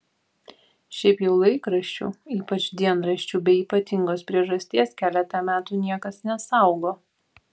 šiaip jau laikraščių ypač dienraščių be ypatingos priežasties keletą metų niekas nesaugo